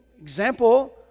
example